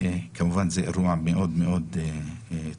כמובן זה אירוע מאוד מאוד טרגי.